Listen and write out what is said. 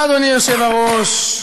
אדוני היושב-ראש,